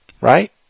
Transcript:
right